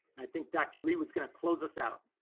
i think dr. lee was gonna close us out.